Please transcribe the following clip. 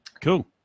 cool